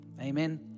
Amen